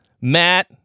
Matt